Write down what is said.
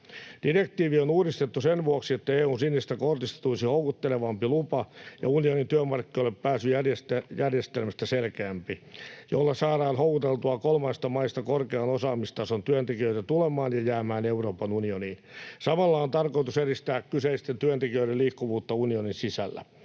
Direktiivi on uudistettu sen vuoksi, että EU:n sinisestä kortista tulisi houkuttelevampi lupa ja unionin työmarkkinoille pääsyn järjestelmästä selkeämpi, jotta sillä saadaan houkuteltua kolmansista maista korkean osaamistason työntekijöitä tulemaan ja jäämään Euroopan unioniin. Samalla on tarkoitus edistää kyseisten työntekijöiden liikkuvuutta unionin sisällä.